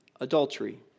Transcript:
adultery